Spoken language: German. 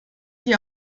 die